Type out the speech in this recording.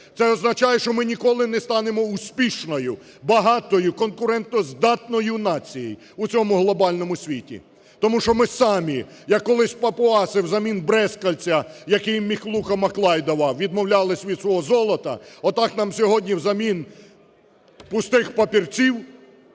це означає, що ми ніколи не станемо успішною, багатою, конкурентоздатною нацією у цьому глобальному світі, тому що ми самі, як колись папуаси взамін брязкальця, який Миклухо-Маклай давав, відмовлялися від свого золота, отак нам сьогодні взамін пустих папірців